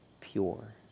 pure